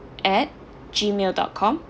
at gmail dot com